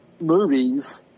movies